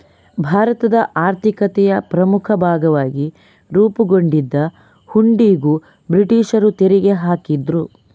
ಭಾರತದ ಆರ್ಥಿಕತೆಯ ಪ್ರಮುಖ ಭಾಗವಾಗಿ ರೂಪುಗೊಂಡಿದ್ದ ಹುಂಡಿಗೂ ಬ್ರಿಟೀಷರು ತೆರಿಗೆ ಹಾಕಿದ್ರು